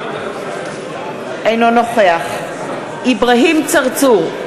אינו נוכח אברהים צרצור,